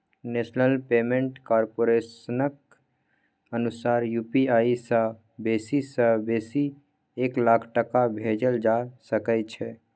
national payment कारपोरेशनक अनुसार UPI सँ बेसी सँ बेसी एक लाख टका भेजल जा सकै छै